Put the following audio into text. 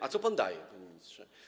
A co pan daje, panie ministrze?